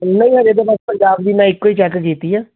ਨਹੀਂ ਅਜੇ ਤਾਂ ਮੈਂ ਪੰਜਾਬ ਦੀ ਮੈਂ ਇੱਕੋ ਹੀ ਚੈੱਕ ਕੀਤੀ ਆ